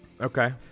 Okay